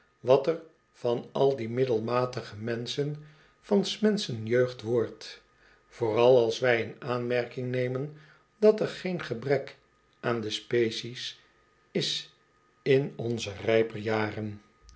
wat er van al die middelmatige menschen van s menschen jeugd wordt vooral als wij in aanmerking nemen dat er geen gebrek aan de species is in onze rijper jaren